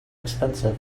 expensive